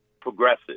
progressive